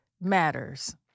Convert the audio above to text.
matters